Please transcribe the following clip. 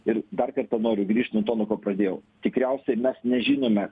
ir dar kartą noriu grįžt nuo to nuo ko pradėjau tikriausiai mes nežinome